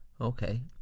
okay